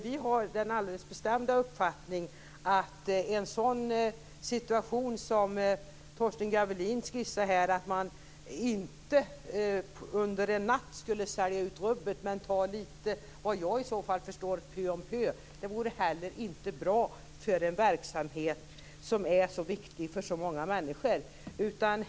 Vi har den alldeles bestämda uppfattningen att en sådan situation som Torsten Gavelin skisserar här, att man inte över en natt skulle sälja ut rubbet utan ta litet pö om pö vad jag förstår, inte heller vore bra för en verksamhet som är så viktig för så många människor.